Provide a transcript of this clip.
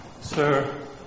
Sir